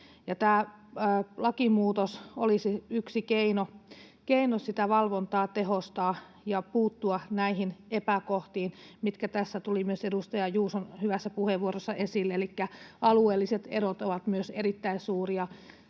Tämä lakimuutos olisi yksi keino sitä valvontaa tehostaa ja puuttua näihin epäkohtiin, mitkä tässä tulivat myös edustaja Juuson hyvässä puheenvuorossa esille, elikkä alueelliset erot ovat myös erittäin suuria